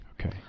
Okay